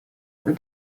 for